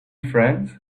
friends